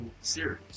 series